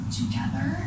together